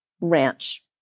ranch